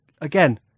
again